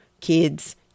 kids